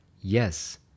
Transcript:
Yes